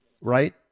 right